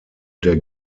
der